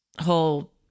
whole